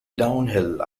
downhill